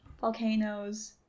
Volcanoes